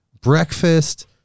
breakfast